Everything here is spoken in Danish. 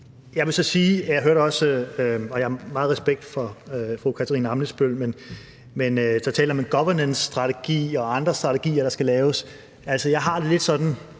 her i debatten. Jeg har meget respekt for fru Katarina Ammitzbøll, men altså at tale om en governancestrategi og andre strategier, der skal laves, så har jeg det lidt sådan